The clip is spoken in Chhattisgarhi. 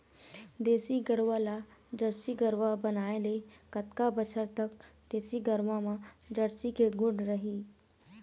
देसी गरवा ला जरसी गरवा बनाए ले कतका बछर तक देसी गरवा मा जरसी के गुण रही?